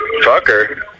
Fucker